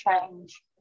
change